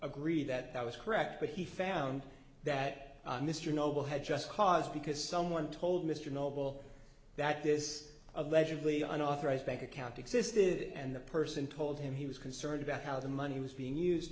agree that that was correct but he found that mr noble had just cause because someone told mr noble that this allegedly unauthorized bank account existed and the person told him he was concerned about how the money was being used